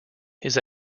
his